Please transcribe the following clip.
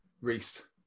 Reese